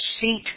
seat